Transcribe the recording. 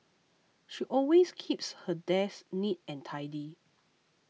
she always keeps her desk neat and tidy